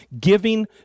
giving